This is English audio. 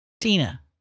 Tina